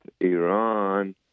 Iran